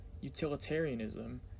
utilitarianism